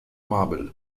marble